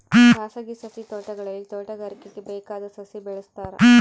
ಖಾಸಗಿ ಸಸಿ ತೋಟಗಳಲ್ಲಿ ತೋಟಗಾರಿಕೆಗೆ ಬೇಕಾದ ಸಸಿ ಬೆಳೆಸ್ತಾರ